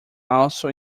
also